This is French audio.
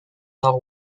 nord